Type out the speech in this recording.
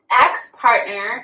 ex-partner